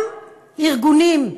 גם ארגונים,